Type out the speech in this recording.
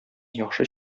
яхшы